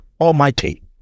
Almighty